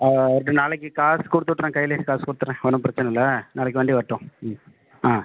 அவர்ட்ட நாளைக்கு காசு கொடுத்து விட்டுறேன் கையிலே காசு கொடுத்துட்றேன் ஒன்றும் பிரச்சனை இல்லை நாளைக்கு வண்டி வரட்டும் ம் ஆ